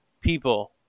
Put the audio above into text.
people